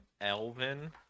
Elvin